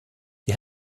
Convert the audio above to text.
wir